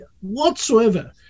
whatsoever